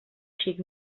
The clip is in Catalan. xic